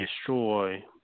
destroy